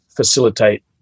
Facilitate